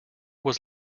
was